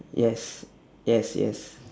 yes yes yes